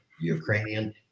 ukrainian